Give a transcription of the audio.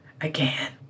again